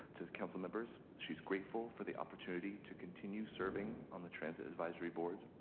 to the council member's, she is grateful for the opportunity to continue serving on the transit dvisory board.